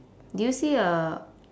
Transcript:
do you see a